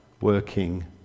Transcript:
working